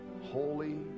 holy